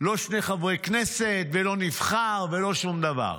לא שני חברי כנסת ולא נבחר ולא שום דבר.